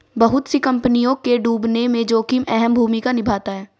बहुत सी कम्पनियों के डूबने में जोखिम अहम भूमिका निभाता है